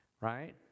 right